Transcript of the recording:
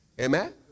Amen